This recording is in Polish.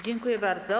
Dziękuję bardzo.